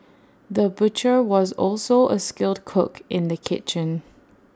the butcher was also A skilled cook in the kitchen